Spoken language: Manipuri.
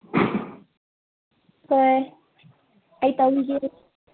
ꯍꯣꯏ ꯑꯩ ꯇꯧꯕꯤꯒꯦ